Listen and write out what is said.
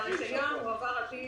והרישיון הועבר על פי